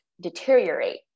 deteriorate